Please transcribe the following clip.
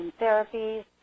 therapies